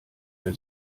der